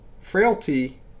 frailty